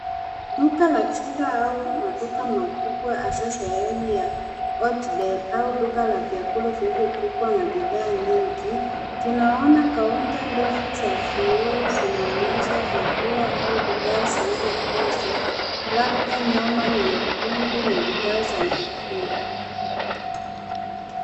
Duka la kisasa au maduka makubwa hasa sehemu ya Oksdel au duka la vyakula vinazopikwa na bidhaa nyingi .Tunaona kaunta defu za vioo zinaonyesha vyakula au bidhaa zilizopozwa labda nyama nyekundu na bidhaa za kukula.